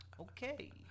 Okay